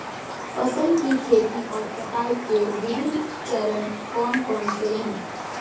फसल की खेती और कटाई के विभिन्न चरण कौन कौनसे हैं?